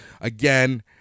Again